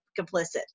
complicit